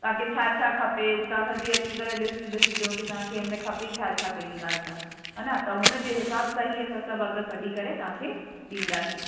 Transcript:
तव्हांखे छा छा खपे हू तव्हां सॼी अची करे लिस्ट ॾिसिजो कि तव्हांखे हिन में खपे छा छा पहिरीं ॻाल्हि त हान त हुनजे हिसाब सां ही असां सभु अघु कढी करे तव्हांखे ॾींदासीं